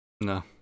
No